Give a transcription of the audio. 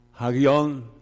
hagion